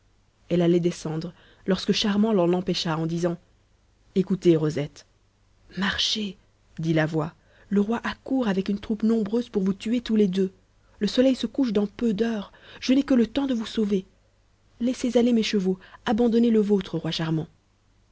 elle allait descendre lorsque charmant l'en empêcha en disant écoutez rosette marchez dit la voix le roi accourt avec une troupe nombreuse pour vous tuer tous les deux le soleil se couche dans peu d'heures je n'ai que le temps de vous sauver laissez aller mes chevaux abandonnez le vôtre roi charmant